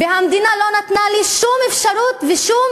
והמדינה לא נתנה לי שום אפשרות ושום